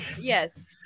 Yes